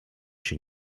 się